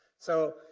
so,